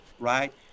Right